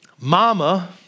mama